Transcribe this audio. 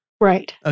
Right